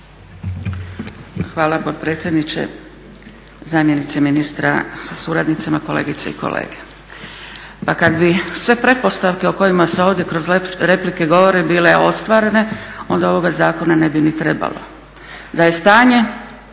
Hvala potpredsjedniče. Zamjenice ministra sa suradnicama, kolegice i kolege. Pa kada bi sve pretpostavke o kojima se ovdje kroz replike govori bile ostvarene onda ovoga zakona ne bi ni trebalo, da je stanje